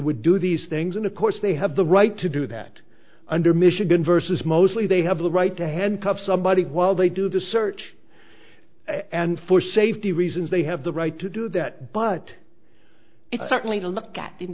would do these things and of course they have the right to do that under michigan versus mostly they have the right to handcuff somebody while they do the search and for safety reasons they have the right to do that but it's certainly to look at